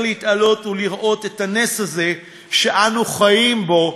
להתעלות ולראות את הנס הזה שאנו חיים בו,